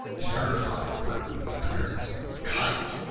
terrified by the appearance of a kite,